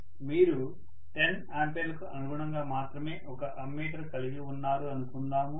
మీరు 10 ఆంపియర్లకు అనుగుణంగా మాత్రమే ఒక ఆమ్మీటర్ కలిగి ఉన్నారు అనుకుందాం